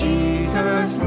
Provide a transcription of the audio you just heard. Jesus